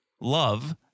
Love